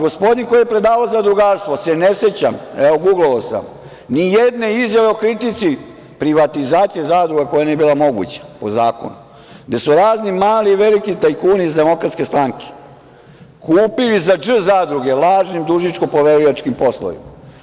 Gospodin koji je predavao zadrugarstvo se ne seća, guglao sam, ni jedne izjave o kritici privatizacije zadruga koja nije bila moguća po zakonu, gde su razni mali i veliki tajkuni iz DS kupili za dž zadruge u lažnim dužničko-poverilačkim poslovima.